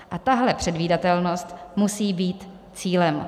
A tahle předvídatelnost musí být cílem.